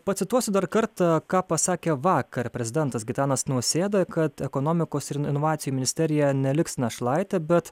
pacituosiu dar kartą ką pasakė vakar prezidentas gitanas nausėda kad ekonomikos ir in inovacijų ministerija neliks našlaitė bet